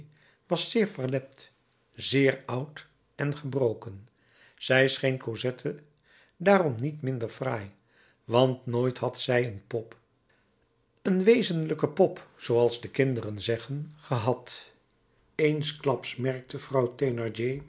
zeer verlept zeer oud en gebroken zij scheen cosette daarom niet minder fraai want nooit had zij een pop een wezenlijke pop zooals de kinderen zeggen gehad eensklaps merkte vrouw